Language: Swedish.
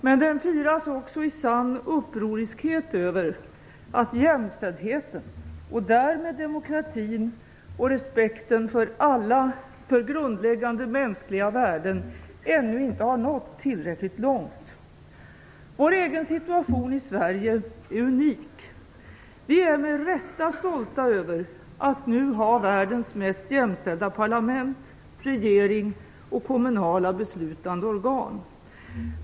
Men den firas också i sann upproriskhet över att jämställdheten - och därmed demokratin och respekten för grundläggande mänskliga värden - ännu inte har nått tillräckligt långt. Vår egen situation här i Sverige är unik. Vi är med rätta stolta över att nu ha världens mest jämställda parlament, regering och kommunala beslutande organ.